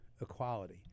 equality